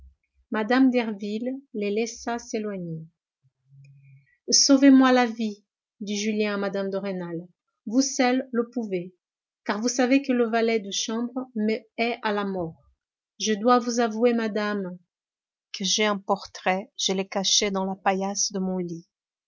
mme derville les laissa s'éloigner sauvez-moi la vie dit julien à mme de rênal vous seule le pouvez car vous savez que le valet de chambre me hait à la mort je dois vous avouer madame que j'ai un portrait je l'ai caché dans la paillasse de mon lit